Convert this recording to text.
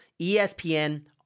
ESPN